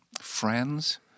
friends